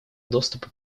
доступа